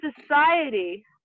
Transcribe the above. society